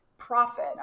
profit